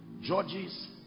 Judges